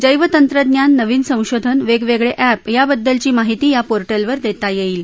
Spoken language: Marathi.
जैव तंत्रज्ञान नवीन संशोधन वेगवेगळे अॅप या बद्दलची माहिती या पोर्टलवर देता येईल